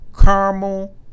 Caramel